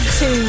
two